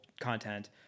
content